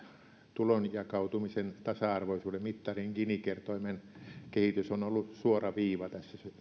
tulon jakautumisen tasa arvoisuuden mittarilla gini kertoimella se kehitys on ollut suora viiva